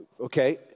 Okay